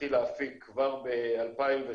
שהתחיל להפיק כבר ב-2013,